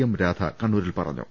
M Radha കണ്ണൂരിൽ പറഞ്ഞു